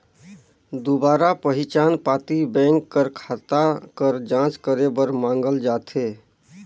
दुबारा पहिचान पाती बेंक कर खाता कर जांच करे बर मांगल जाथे